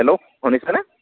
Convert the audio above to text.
hello শুনিছানে